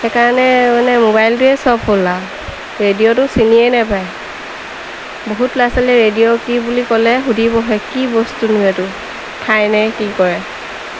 সেইকাৰণে মানে মোবাইলটোৱে চব হ'ল আৰু ৰেডিঅ'টো চিনিয়েই নাপায় বহুত ল'ৰা ছোৱালীয়ে ৰেডিঅ' কি বুলি ক'লে সুধিবহে কি বস্তুনো এইটো খাই নে কি কৰে